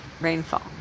rainfall